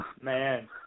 Man